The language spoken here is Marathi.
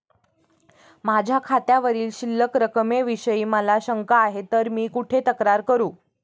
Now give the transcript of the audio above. माझ्या खात्यावरील शिल्लक रकमेविषयी मला शंका आहे तर मी कुठे तक्रार करू?